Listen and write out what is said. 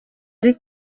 ari